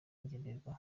kigenderaho